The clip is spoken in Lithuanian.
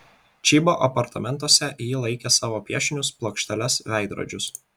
čybo apartamentuose ji laikė savo piešinius plokšteles veidrodžius